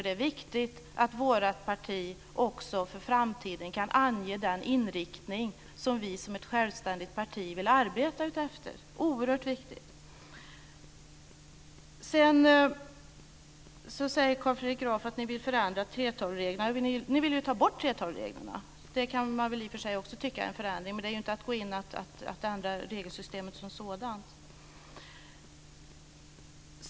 Det är viktigt att vårt parti också för framtiden kan ange den inriktning som vi som självständigt parti vill arbeta efter. Det är oerhört viktigt. Carl Fredrik Graf säger att moderaterna vill förändra 3:12-reglerna. Ni vill ta bort 3:12-reglerna. Det kan man i och för sig också tycka är en förändring. Men det är inte att ändra regelsystemet som sådant.